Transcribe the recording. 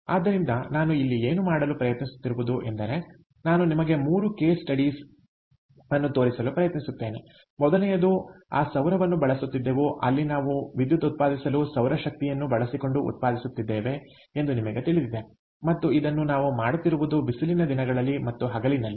ಆದ್ದರಿಂದ ನಾನು ಇಲ್ಲಿ ಏನು ಮಾಡಲು ಪ್ರಯತ್ನಿಸುತ್ತಿರುವುದು ಎಂದರೆ ನಾನು ನಿಮಗೆ 3 ಕೇಸ್ ಸ್ಟಡೀಸ್ ಅನ್ನು ತೋರಿಸಲು ಪ್ರಯತ್ನಿಸುತ್ತೇನೆ ಮೊದಲನೆಯದು ಆ ಸೌರವನ್ನು ಬಳಸುತ್ತಿದ್ದೆವು ಅಲ್ಲಿ ನಾವು ವಿದ್ಯುತ್ ಉತ್ಪಾದಿಸಲು ಸೌರಶಕ್ತಿಯನ್ನು ಬಳಸಿಕೊಂಡು ಉತ್ಪಾದಿಸುತ್ತಿದ್ದೇವೆ ಎಂದು ನಿಮಗೆ ತಿಳಿದಿದೆ ಮತ್ತು ಇದನ್ನು ನಾವು ಮಾಡುತ್ತಿರುವುದು ಬಿಸಿಲಿನ ದಿನಗಳಲ್ಲಿ ಮತ್ತು ಹಗಲಿನಲ್ಲಿ